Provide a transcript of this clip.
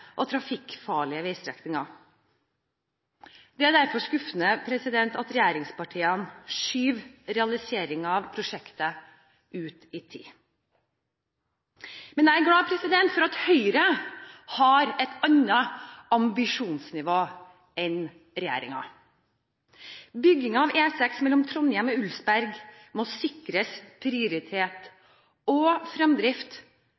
og trafikkfarlige veistrekningen. Det er derfor skuffende at regjeringspartiene skyver realiseringen av prosjektet ut i tid. Jeg er glad for at Høyre har et annet ambisjonsnivå enn regjeringen. Bygging av E6 mellom Trondheim og Ulsberg må sikres